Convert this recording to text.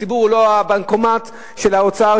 הציבור הוא לא ה"בנקומט" של האוצר,